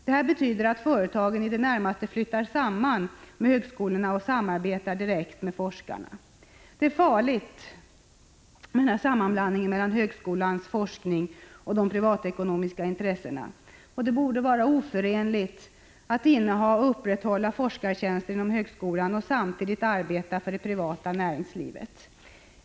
Detta betyder att företagen i det närmaste ”flyttar samman” med högskolorna och samarbetar direkt med forskarna. Det är farligt med denna sammanblandning mellan högskolans forskning och de privatekonomiska intressena. Det borde vara oförenligt att inneha och upprätthålla forskartjänster inom högskolan och samtidigt arbeta för det privata näringslivet.